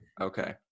okay